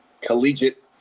collegiate